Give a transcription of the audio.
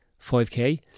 5k